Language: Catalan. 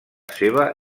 seva